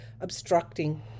obstructing